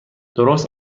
درست